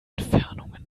entfernungen